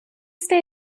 stay